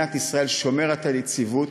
מדינת ישראל שומרת על יציבות,